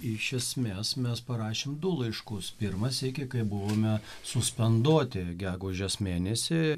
iš esmės mes parašėm du laiškus pirmą sykį kai buvome suspenduoti gegužės mėnesį